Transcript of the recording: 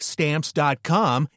Stamps.com